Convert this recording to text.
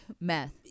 Meth